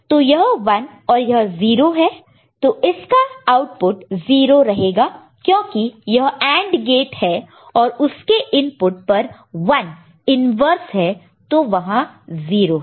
तो यह 1 और यह 0 है तो इसका आउटपुट 0 रहेगा क्योंकि यह AND गेट है और उसके इनपुट पर 1 इन्वर्स है तो वहां 0 है